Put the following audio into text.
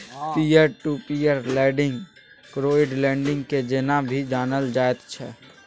peer to peer lending crowd lending के जेना भी जानल जाइत छै